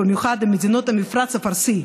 במיוחד עם מדינות המפרץ הפרסי,